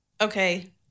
Okay